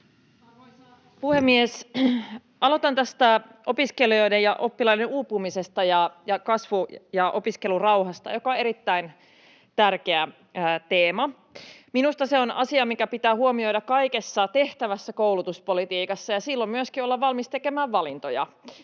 Aloitan tästä opiskelijoiden ja oppilaiden uupumisesta ja kasvu‑ ja opiskelurauhasta, mikä on erittäin tärkeä teema. Minusta se on asia, mikä pitää huomioida kaikessa tehtävässä koulutuspolitiikassa, ja silloin pitää myöskin olla valmis tekemään valintoja.